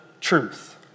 truth